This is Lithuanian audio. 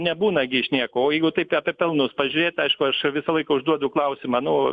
nebūna gi šnekoj jeigu taip apie pelnus pažiūrėt aišku aš visą laiką užduodu klausimą nu